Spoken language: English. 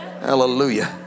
Hallelujah